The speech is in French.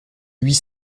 huit